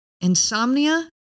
insomnia